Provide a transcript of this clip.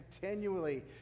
continually